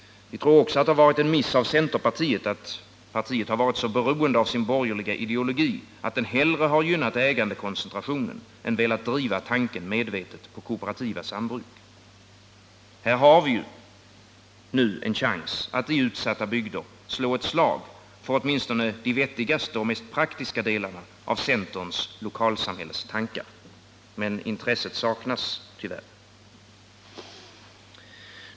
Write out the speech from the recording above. Vi tror också att det har varit en miss av centern, att partiet varit så beroende av sin borgerliga ideologi att det hellre gynnat ägandekoncentrationen än velat driva tanken på kooperativa sambruk. Här har vi nu en chans att i utsatta bygder slå ett slag för åtminstone de vettigaste och mest praktiska delarna av centerns lokalsamhällestankar. Men intresset saknas tyvärr.